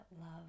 love